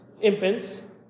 infants